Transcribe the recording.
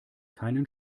keinen